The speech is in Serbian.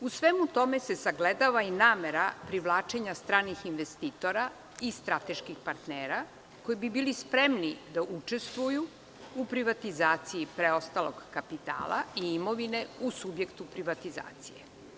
U svemu tome se sagledava i namera privlačenja stranih investitora i strateških partnera koji bi bili spremni da učestvuju u privatizaciji preostalog kapitala i imovine u subjektu privatizacije.